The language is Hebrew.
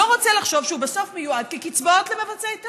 לא רוצה לחשוב שהם בסוף מיועדים כקצבאות למבצעי טרור.